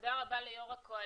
תודה רבה ליו"ר הקואליציה.